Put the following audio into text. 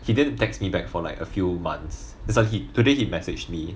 he didn't text me back for like a few months that's why he today he messaged me